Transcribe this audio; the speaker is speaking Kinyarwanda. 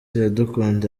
iradukunda